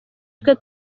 twe